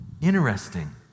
Interesting